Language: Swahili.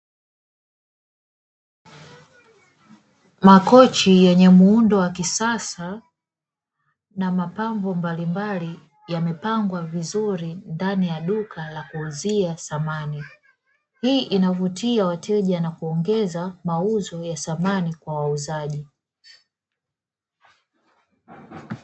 Makochi yenye muundo wa kisasa na mapambo mbalimbali yamepangwa vizuri ndani ya duka la kuuzia samani, hii inavutia wateja na kuongeza mauzo ya samani kwa wauzaji.